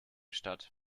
statt